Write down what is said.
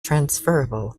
transferable